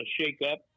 shake-up